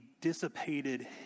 dissipated